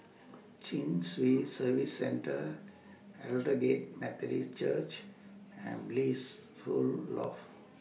Chin Swee Service Centre Aldersgate Methodist Church and Blissful Loft